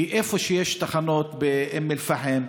כי איפה שיש תחנות, באום אל-פחם,